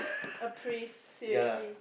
a praise seriously